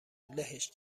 لهش